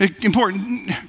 Important